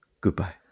Goodbye